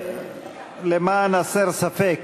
למען הסר ספק,